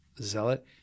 zealot